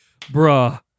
Bruh